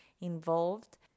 involved